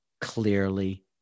clearly